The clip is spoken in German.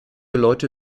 leute